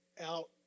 out